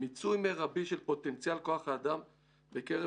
מיצוי מרבי של פוטנציאל כוח האדם בקרב